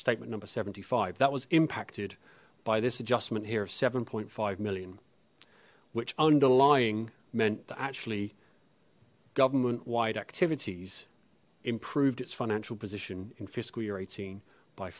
statement number seventy five that was impacted by this adjustment here seven five million which underlying meant that actually government wide activities improved its financial position in fiscal year eighteen by